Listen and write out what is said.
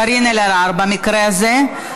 קארין אלהרר במקרה הזה.